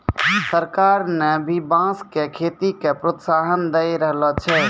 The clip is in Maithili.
सरकार न भी बांस के खेती के प्रोत्साहन दै रहलो छै